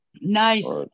Nice